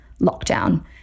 lockdown